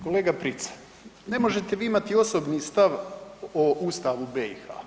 Kolega Prica, ne možete vi imati osobni stav o Ustavu BiH